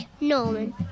Norman